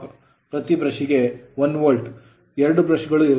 2 brush ಗಳು ಇರುತ್ತವೆ